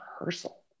rehearsal